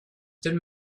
telle